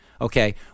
Okay